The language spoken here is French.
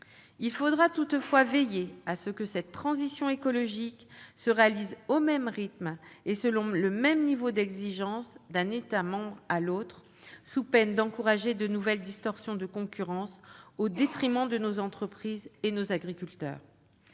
Il faudra toutefois veiller à ce que cette transition écologique se réalise au même rythme et selon le même niveau d'exigence d'un État membre à l'autre, sous peine d'encourager de nouvelles distorsions de concurrence au détriment de nos entreprises et de nos agriculteurs.